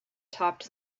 topped